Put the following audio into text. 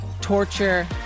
Torture